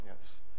Yes